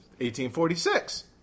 1846